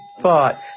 thought